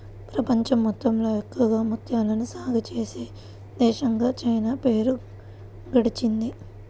ప్రపంచం మొత్తంలో ఎక్కువగా ముత్యాలను సాగే చేసే దేశంగా చైనా పేరు గడించింది